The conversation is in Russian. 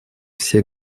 все